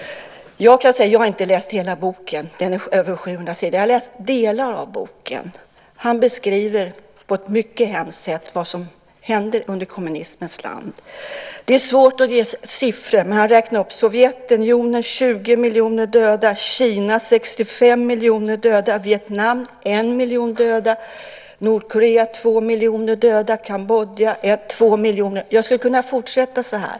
Jag har inte läst hela boken på över 700 sidor, men jag har läst delar av boken. Han beskriver på ett mycket hemskt sätt vad som hände under kommunismens namn. Det är svårt att ge siffror, men han räknar upp följande: Sovjetunionen 20 miljoner döda, Kina 65 miljoner döda, Vietnam 1 miljon döda, Nordkorea 2 miljoner döda, Kambodja 2 miljoner döda. Jag skulle kunna fortsätta så här.